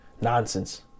nonsense